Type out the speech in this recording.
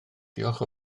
diolch